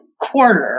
quarter